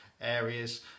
areas